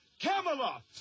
Camelot